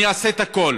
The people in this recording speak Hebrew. אני אעשה את הכול,